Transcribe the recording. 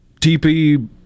TP